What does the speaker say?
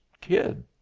Kid